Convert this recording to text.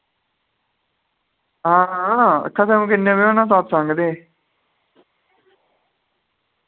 हां आं किन्ने बजे होना सतसंग ते